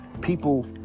people